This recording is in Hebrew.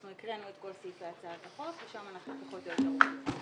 אנחנו הקראנו את כל סעיפי הצעת החוק ושם אנחנו פחות או יותר עומדים.